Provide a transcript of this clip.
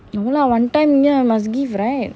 no lah one time lah must give right